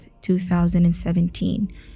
2017